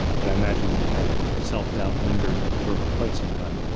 but i imagine that self-doubt lingered for quite some time.